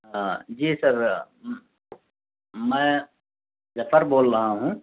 ہاں جی سر میں ظفر بول رہا ہوں